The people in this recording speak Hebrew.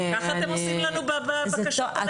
ככה אתם עושים לנו בבקשות הרגילות.